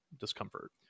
discomfort